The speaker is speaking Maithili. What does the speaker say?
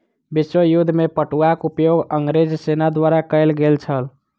विश्व युद्ध में पटुआक उपयोग अंग्रेज सेना द्वारा कयल गेल छल